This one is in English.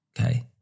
Okay